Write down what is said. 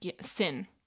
sin